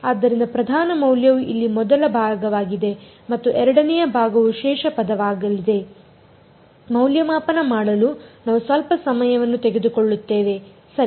ಆದ್ದರಿಂದ ಪ್ರಧಾನ ಮೌಲ್ಯವು ಇಲ್ಲಿ ಮೊದಲ ಭಾಗವಾಗಿದೆ ಮತ್ತು ಎರಡನೆಯ ಭಾಗವು ಶೇಷ ಪದವಾಗಲಿದೆ ಮೌಲ್ಯಮಾಪನ ಮಾಡಲು ನಾವು ಸ್ವಲ್ಪ ಸಮಯವನ್ನು ತೆಗದುಕೊಳ್ಳುತ್ತೇವೆ ಸರಿ